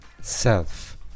self